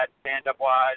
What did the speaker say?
stand-up-wise